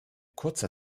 kurzer